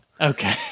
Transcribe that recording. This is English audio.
okay